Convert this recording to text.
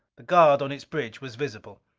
the guard on its bridge was visible.